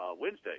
Wednesday